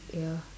ya